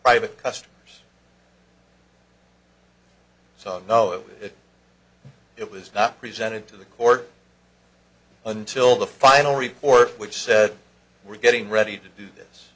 private customers so no it was not presented to the court until the final report which said we're getting ready to do this